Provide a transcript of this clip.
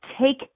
take